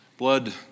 blood